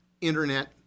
internet